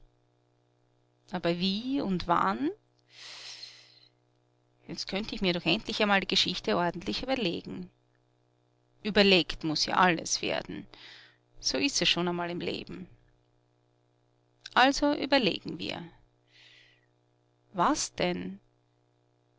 aber wie und wann jetzt könnt ich mir doch endlich einmal die geschichte ordentlich überlegen überlegt muß ja all es werden so ist es schon einmal im leben also überlegen wir was denn